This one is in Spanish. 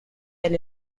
del